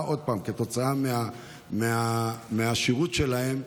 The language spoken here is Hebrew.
עוד פעם, כתוצאה מהשירות שלהם,